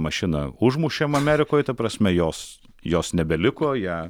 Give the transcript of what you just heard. mašiną užmušėm amerikoj ta prasme jos jos nebeliko ją